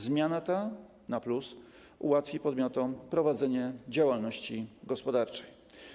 Zmiana ta, na plus, ułatwi podmiotom prowadzenie działalności gospodarczej.